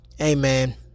Amen